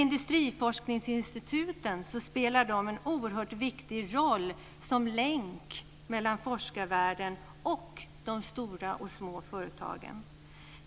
Industriforskningsinstituten spelar en oerhört viktig roll som länk mellan forskarvärlden och de stora och små företagen.